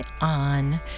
on